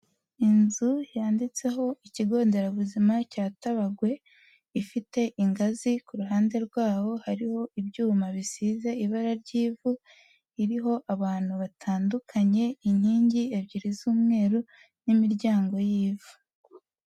Inzu yanditseho, ikigo nderabuzima cya Tabagwe. Ifite ingazi ku ruhande rwaho hariho ibyuma bisize ibara ry'ivu, iriho abantu batandukanye, inkingi ebyiri z'umweru, n'imiryango y'ivu.